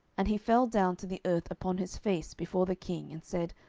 and he fell down to the earth upon his face before the king, and said,